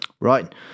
Right